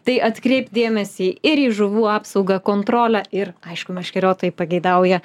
tai atkreipt dėmesį ir į žuvų apsaugą kontrolę ir aišku meškeriotojai pageidauja